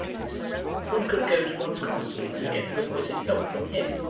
he said one could go to one's consul and get the requisite help from him.